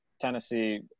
Tennessee